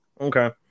Okay